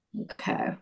Okay